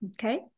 Okay